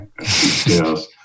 Yes